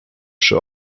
przy